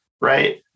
right